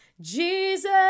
jesus